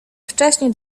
wcześnie